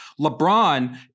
LeBron